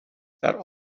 that